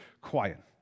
quiet